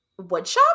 Woodshop